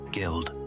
Guild